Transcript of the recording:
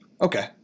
Okay